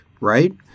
right